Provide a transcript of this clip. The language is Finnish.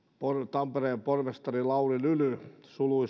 tampereen pormestari lauri lyly